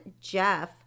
Jeff